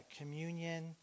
communion